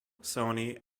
sony